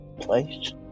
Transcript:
place